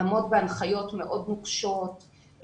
לעמוד בהנחיות מאוד נוקשות,